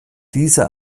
dieser